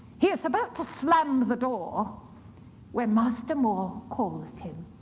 he is about to slam the door when master more calls him.